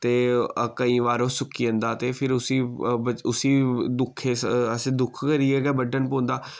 ते केईं बार ओह् सुक्की जंदा ते फिर उस्सी उस्सी अस दुक्ख करियै गै बड्ढना पौंदा